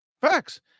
Facts